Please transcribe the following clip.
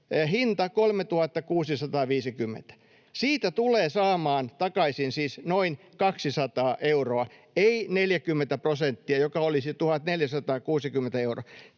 hinta 3 650. Siitä tulee saamaan takaisin siis noin 200 euroa, ei 40 prosenttia, joka olisi 1 460 euroa.